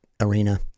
arena